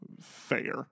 fair